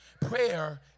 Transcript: Prayer